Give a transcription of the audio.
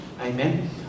Amen